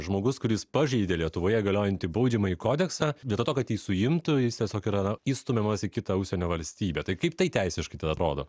žmogus kuris pažeidė lietuvoje galiojantį baudžiamąjį kodeksą vietoj to kad jį suimtų jis tiesiog yra įstumiamas į kitą užsienio valstybę tai kaip tai teisiškai tai atrodo